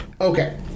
Okay